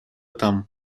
там